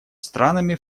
странами